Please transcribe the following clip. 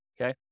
Okay